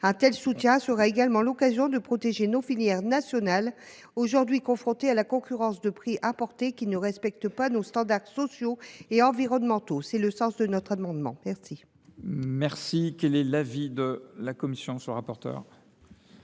Un tel soutien aidera aussi à protéger nos filières nationales, aujourd’hui confrontées à la concurrence de produits importés qui ne respectent pas nos standards sociaux et environnementaux. C’est le sens de notre amendement. Quel